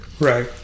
Right